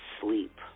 sleep